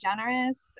generous